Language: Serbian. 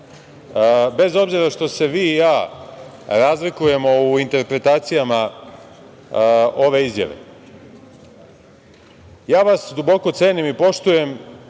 Bez obzira što se vi i ja razlikujemo u interpretacijama ove izjave, ja vas duboko cenim i poštujem,